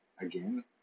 again